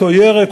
אותו ירק,